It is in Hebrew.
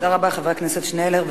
תודה רבה לחבר הכנסת שנלר.